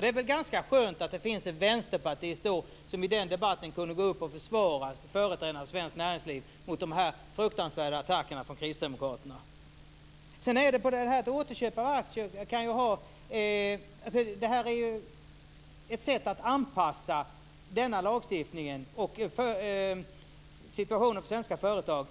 Det är väl ganska skönt att det finns en vänsterpartist som i den debatten kunde gå upp och försvara företrädare av svenskt näringsliv mot de fruktansvärda attackerna från Kristdemokraterna. Återköp är ett sätt att anpassa den här lagstiftningen och situationen för svenska företag